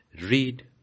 Read